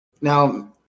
now